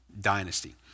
dynasty